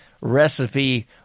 recipe